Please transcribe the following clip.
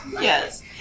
Yes